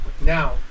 Now